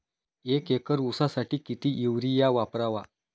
एक एकर ऊसासाठी किती युरिया वापरावा?